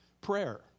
prayer